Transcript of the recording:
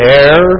air